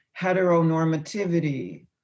heteronormativity